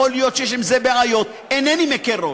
יכול להיות שיש עם זה בעיות, אינני מקל ראש.